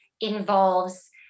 involves